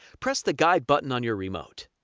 press the guide button on your remote.